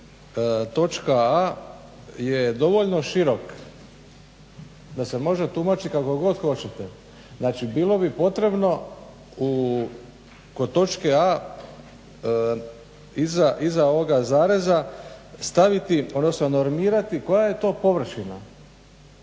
točka a) je dovoljno širok da se može tumačiti kako god hoćete. Znači bilo bi potrebno kod točke a) iza ovoga zareza staviti, odnosno normirati koja je to površina